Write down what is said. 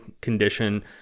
condition